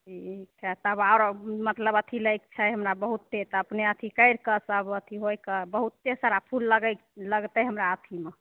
ठीक छै तब आओर मतलब अथी लैके छै हमरा बहुते तऽ अपने अथी कैरि कऽ सब अथी होए कऽ बहुते सारा फुल लगै लगतै हमरा अथीमे